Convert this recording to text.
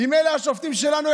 אם אלה השופטים שלנו?